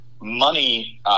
money